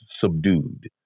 subdued